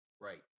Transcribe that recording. right